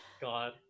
god